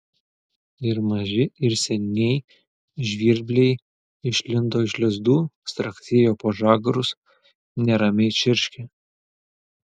ir maži ir seniai žvirbliai išlindo iš lizdų straksėjo po žagarus neramiai čirškė